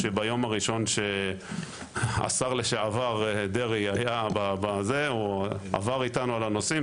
שביום הראשון שהשר לשעבר דרעי היה ועבר אתנו על הנושאים,